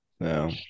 No